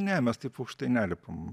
ne mes taip aukštai nelipam